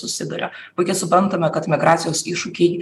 susiduria puikiai suprantame kad migracijos iššūkiai